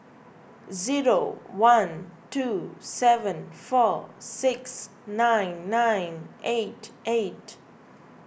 zero one two seven four six nine nine eight eight